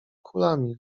kulami